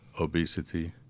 obesity